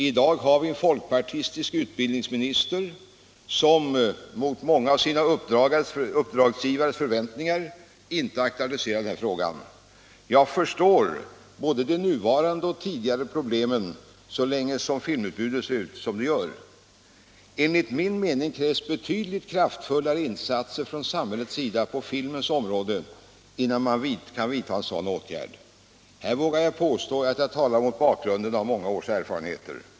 I dag har vi en folkpartistisk utbildningsminister, som —- mot många av sina uppdragsgivares förväntningar — inte aktualiserat denna fråga. Jag förstår både de nuvarande och de tidigare problemen så länge filmutbudet ser ut som det gör. Kräver vi filmcensurens avskaffande måste vi vara beredda att betala ett pris för det. Enligt min mening krävs därför betydligt kraftfullare insatser från samhällets sida på filmens område innan man bör vidta en sådan åtgärd. Här vågar jag påstå att jag talar mot bakgrunden av många års erfarenheter.